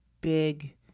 big